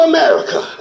America